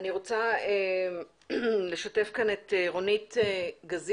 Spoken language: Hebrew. אני רוצה לשתף כאן את רונית גז,